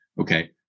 Okay